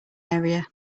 area